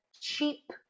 cheap